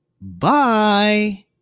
bye